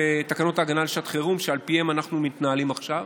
תקנות ההגנה לשעת חירום שעל פיהן אנחנו מתנהלים עכשיו,